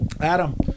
Adam